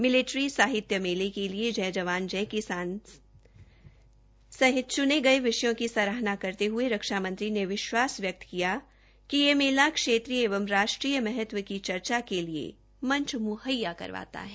military साहित्य मेले के लिए जय जवान जय किसान सहित चुने गये विषयों की सराहना करते हये रक्षा मंत्री ने विश्वास व्यकत किया कि यह मेला क्षेत्रीय एवं राष्ट्रीय महत्व की चर्चा के लिए मंच मुहैया करवाता है